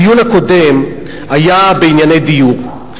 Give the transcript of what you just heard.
הדיון הקודם היה בענייני דיור.